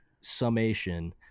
summation